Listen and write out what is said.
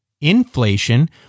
inflation